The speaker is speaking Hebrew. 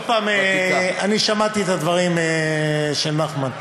עוד פעם, שמעתי את הדברים של נחמן.